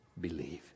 believe